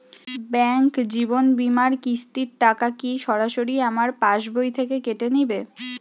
Bank জীবন বিমার কিস্তির টাকা কি সরাসরি আমার পাশ বই থেকে কেটে নিবে?